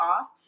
off